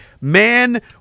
man